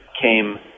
came